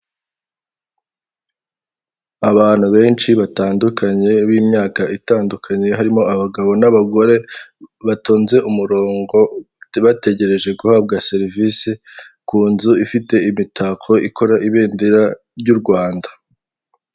Abantu benshi batandukanye b'imyaka itandukanye harimo abagabo n'abagore, batonze umurongo bategereje guhabwa serivise, ku nzu ifite imitako ikora ibendera ry'u Rwanda.